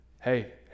hey